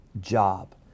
job